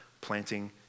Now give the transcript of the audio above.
planting